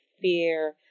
fear